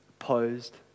opposed